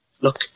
Look